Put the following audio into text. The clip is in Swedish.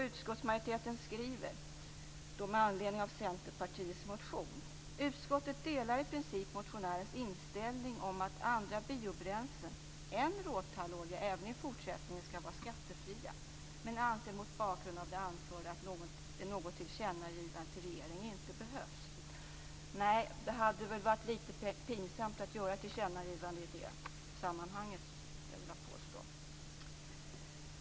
Utskottsmajoriteten skriver med anledning av Centerpartiets motion: "Utskottet delar i princip motionärernas inställning om att andra biobränslen än råtallolja även i fortsättningen skall vara skattefria men anser mot bakgrund av det anförda att något tillkännagivande till regeringen inte behövs." Nej, det hade väl varit lite pinsamt att göra ett tillkännagivande i det sammanhanget, skulle jag vilja påstå.